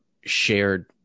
shared